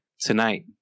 Tonight